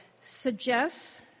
suggests